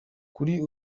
kuri